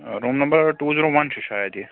room number two zero one چھُ شاید یہِ